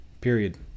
Period